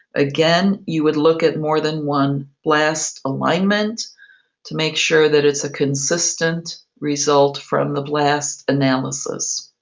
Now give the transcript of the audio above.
again, you would look at more than one blast alignment to make sure that it's a consistent result from the blast analysis.